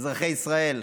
אזרחי ישראל.